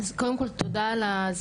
שאלת ספציפית על הסרה,